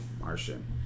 Martian